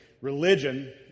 Religion